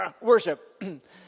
Worship